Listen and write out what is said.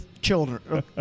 Children